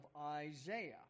Isaiah